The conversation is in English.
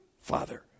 father